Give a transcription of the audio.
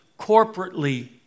corporately